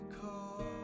call